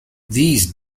these